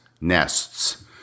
Nests